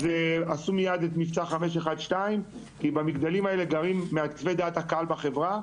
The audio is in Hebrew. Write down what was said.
אז מיד עשו את מבצע 512. כי במגדלים האלה גרים מעצבי דעת הקהל בחברה,